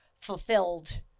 fulfilled